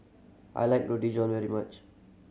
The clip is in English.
I like Roti John very much